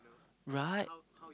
right